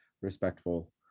respectful